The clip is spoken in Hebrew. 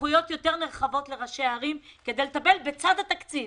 סמכויות נרחבות יותר לראשי הערים כדי לטפל בצד התקציבי.